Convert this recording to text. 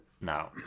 now